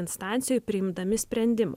instancijoj priimdami sprendimą